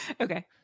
Okay